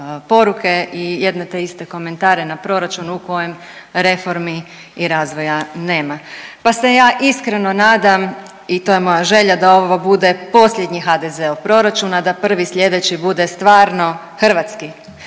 i jedne te iste komentare na proračun u kojem reformi i razvoja nema, pa se ja iskreno nadam i to je moja želja da ovo bude posljednji HDZ-ov proračun, a da prvi sljedeći bude stvarno hrvatski.